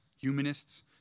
humanists